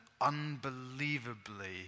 unbelievably